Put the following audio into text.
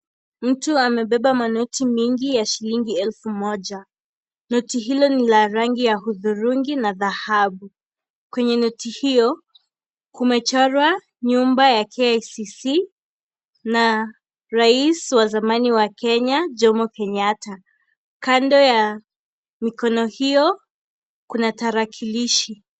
Mtu amebeba manoti mingi ya shilingi elfu moja, noti hilo ni la rangi ya udhurungi na dhahabu. Kwenye noti hio kumechorwa nyumba ya KICC na rais wa zamani wa Kenya Jomo Kenyatta. Kando ya mikono hiyo kuna tarakilishi.